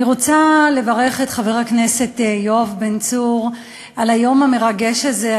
אני רוצה לברך את חבר הכנסת יואב בן צור על היום המרגש הזה.